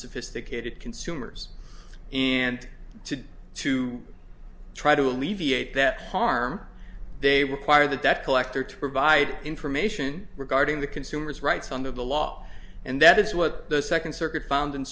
sophisticated consumers and to to try to alleviate that harm they require the debt collector to provide information regarding the consumers rights under the law and that is what the second circuit found in